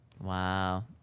Wow